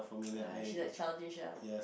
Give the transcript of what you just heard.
ah she like childish ah